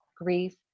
grief